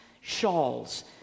shawls